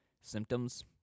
symptoms